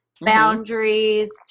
boundaries